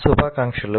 శుభాకాంక్షలు